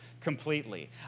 completely